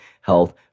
health